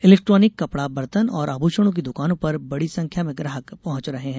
electronic कपड़ा बर्तन और आभूषणों की दुकानों पर बड़ी संख्या में ग्राहक पहुंच रहे हैं